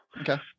Okay